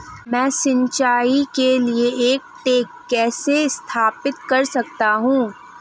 मैं सिंचाई के लिए एक टैंक कैसे स्थापित कर सकता हूँ?